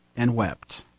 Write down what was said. and wept,